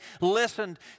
listened